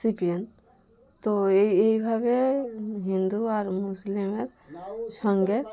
C P M তো এই এইভাবে হিন্দু আর মুসলিমের সঙ্গে